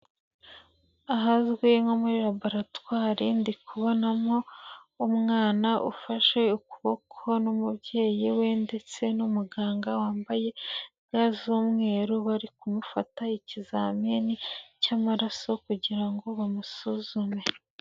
Ahazwi nko muri laboratware ndikubonamo umwana ufashe ukuboko n'umubyeyi we ndetse n'umuganga wambaye ga z'umweru, bari kumufata ikizamini cy'amaraso kugira ngo bamusuzume.